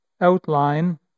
outline